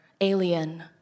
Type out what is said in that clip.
alien